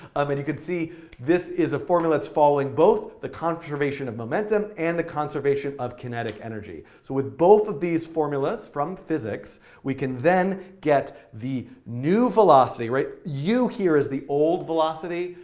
i mean you can see this is a formula that's following both the conversation of momentum and the conservation of kinetic energy. so with both of these formulas from physics we can then get the new velocity, right? u here is the old velocity,